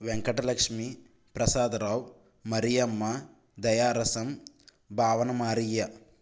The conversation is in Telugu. వెంకట లక్ష్మి ప్రసాద్ రావ్ మరియమ్మ దయారసం భావన మారయ్య